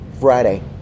Friday